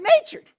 nature